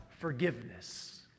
forgiveness